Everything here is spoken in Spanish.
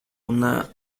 una